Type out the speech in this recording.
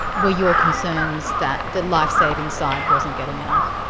were your concerns that the lifesaving side wasn't getting enough?